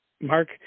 Mark